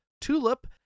Tulip